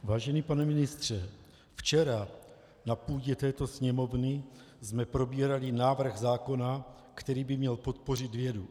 Vážený pane ministře, včera na půdě této Sněmovny jsme probírali návrh zákona, který by měl podpořit vědu.